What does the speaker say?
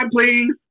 please